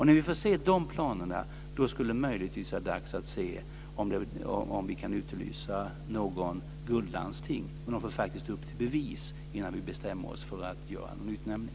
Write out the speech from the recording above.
När vi får se de planerna är det möjligtvis dags att se om vi kan utse något guldlandsting, men de får komma upp till bevis innan vi bestämmer oss för att göra någon utnämning.